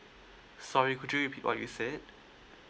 sorry could you repeat what you said